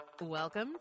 welcome